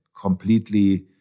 completely